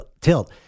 tilt